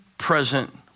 present